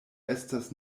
estas